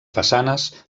façanes